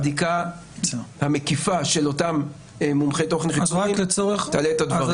הבדיקה המקיפה של אותם מומחי תוכן חיצוניים תעלה את הדברים.